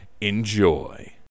Enjoy